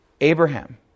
Abraham